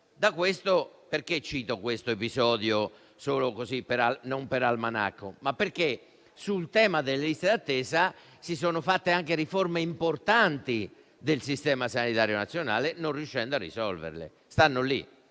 Cito questo episodio non per almanacco, ma perché sul tema delle liste d'attesa si sono fatte anche riforme importanti del Sistema sanitario nazionale, non riuscendo a risolverlo. Questo